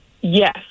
Yes